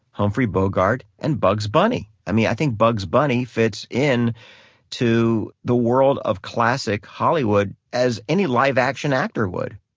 humphrey bogart and bugs bunny. i mean, i think bugs bunny fits in to the world of classic hollywood as any live action actor would